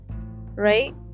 right